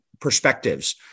Perspectives